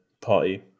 party